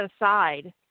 aside